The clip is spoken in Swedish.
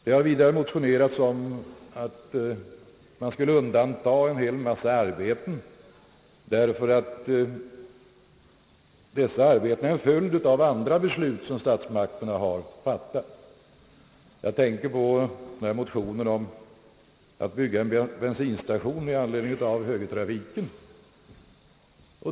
Det har vidare motionerats om att man skulle undanta en hel massa arbeten därför att de är en följd av andra beslut som statsmakterna fattat. Jag tänker på motionen om att bygga en bensinstation med anledning av högertrafiken.